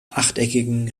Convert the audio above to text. achteckigen